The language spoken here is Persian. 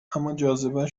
اماجاذبه